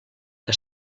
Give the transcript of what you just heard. que